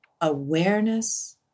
awareness